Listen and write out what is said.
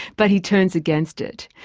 but he turns against it.